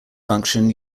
function